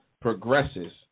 progresses